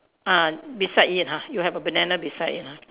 ah beside it ha you have a banana beside it